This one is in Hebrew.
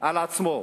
על עצמו.